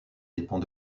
dépend